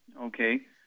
Okay